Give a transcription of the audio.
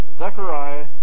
Zechariah